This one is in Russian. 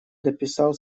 дописал